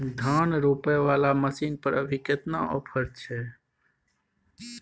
धान रोपय वाला मसीन पर अभी केतना ऑफर छै?